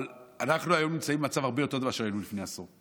אבל אנחנו היום נמצאים במצב הרבה יותר ממה שהיינו לפני עשור.